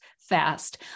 fast